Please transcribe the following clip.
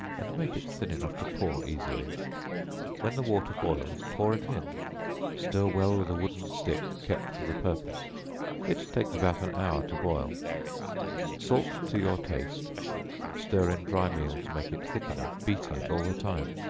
and make it thin enough to pour easily when the water boils, pour it in stir well with a wooden stick kept for the purpose it takes about an hour to boil salt to your taste stir in dry meal to make it thick enough, beating it all the time.